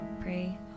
pray